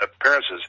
appearances